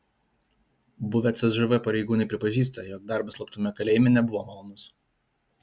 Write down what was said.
buvę cžv pareigūnai pripažįsta jog darbas slaptame kalėjime nebuvo malonus